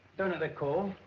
there in the cove.